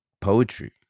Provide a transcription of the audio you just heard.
poetry